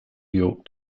york